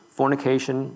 fornication